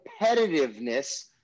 competitiveness